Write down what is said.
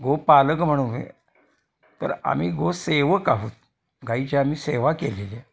गो पालक म्हणू नये तर आम्ही गो सेवक आहोत गाईची आम्ही सेवा केलेली आहे